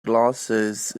glasses